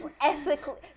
ethically